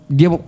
Dia